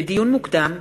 לדיון מוקדם: